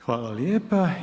Hvala lijepa.